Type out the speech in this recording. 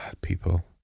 people